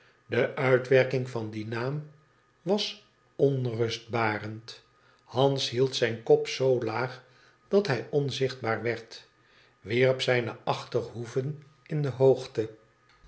de uitwerking van dien naam was onrustbarend ibns hield zijn kop zoo laag dat hij onzichtbaar werd wierp zijne achtertooren in de hoogte